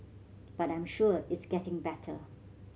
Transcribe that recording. but I'm sure it's getting better